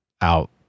out